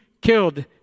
killed